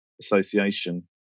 association